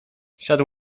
siadł